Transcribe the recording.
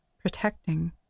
protecting